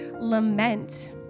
lament